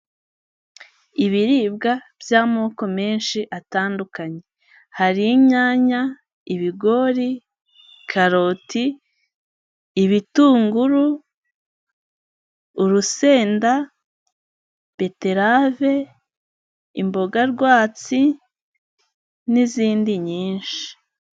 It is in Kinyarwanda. Ibiribwa by'amoko menshi atandukanye, hari inyanya, ibigori, karoti, ibitunguru, urusenda, betarave, imboga rwatsi n'izindi nyinshi.